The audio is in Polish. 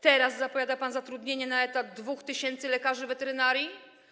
Teraz zapowiada pan zatrudnienie na etat 2 tys. lekarzy weterynarii?